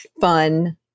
fun